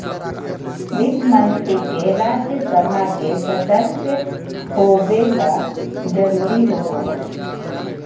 वित्त मंत्री के राज्य सभा के सदस्य होबे ल जरूरी होबो हइ